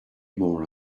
more